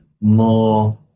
more